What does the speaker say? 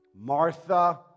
Martha